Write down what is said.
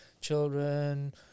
children